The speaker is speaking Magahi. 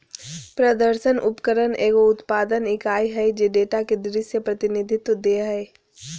प्रदर्शन उपकरण एगो उत्पादन इकाई हइ जे डेटा के दृश्य प्रतिनिधित्व दे हइ